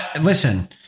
Listen